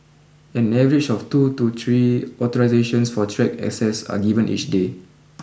an average of two to three authorisations for track access are given each day